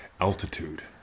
altitude